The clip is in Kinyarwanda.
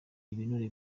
ibinure